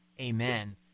Amen